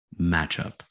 matchup